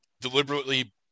deliberately